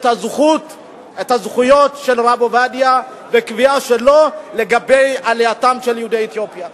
ואת הקביעה שלו לגבי עלייתם של יהודי אתיופיה.